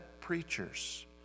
preachers